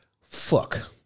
fuck